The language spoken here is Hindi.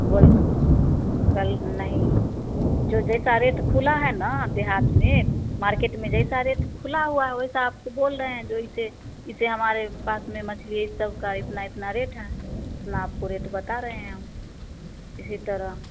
कल नहीं जो जैसा रेट खुला है न देहात में मार्केट में जैसा रेट खुला हुआ है वैसा आपको बोल रहे हैं जो इसे इसे हमारे पास में मछली सब का इतना इतना रेट है उतना आपको रेट बात रहे हैं हम इसी तरह